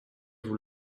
vous